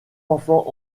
enfants